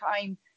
time